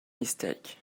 mistake